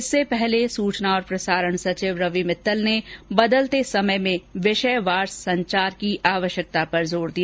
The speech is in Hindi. इससे पहले सुचना प्रसारण सचिव रवि मित्तल ने बदलते समय में विषयवार संचार की आवश्यकता पर जोर दिया